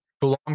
belong